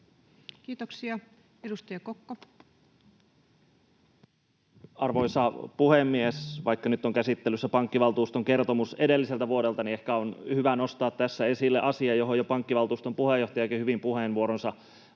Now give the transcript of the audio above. Kiitoksia. — Edustaja Kokko. Arvoisa puhemies! Vaikka nyt on käsittelyssä pankkivaltuuston kertomus edelliseltä vuodelta, niin ehkä on hyvä nostaa tässä esille asia, johon jo pankkivaltuuston puheenjohtajakin hyvin puheenvuoronsa